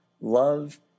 love